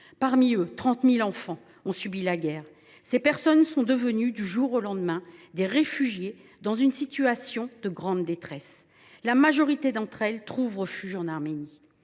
Parmi eux, 30 000 enfants ont subi la guerre. Ces personnes sont devenues, du jour au lendemain, des réfugiés dans une situation de grande détresse. La majorité d’entre elles trouve refuge en Arménie,